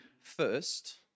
first